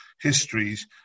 histories